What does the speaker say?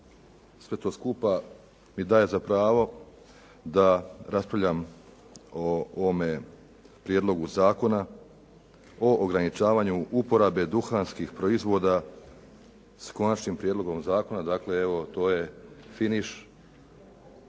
sve to skupa mi daje za pravo da raspravljam o ovome Prijedlogu Zakona o ograničavanju uporabe duhanskih proizvoda, s Konačnim prijedlogom zakona, dakle evo to je finiš